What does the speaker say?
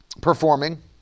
performing